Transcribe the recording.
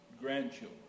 grandchildren